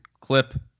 clip